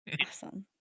Awesome